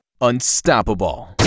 unstoppable